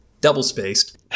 double-spaced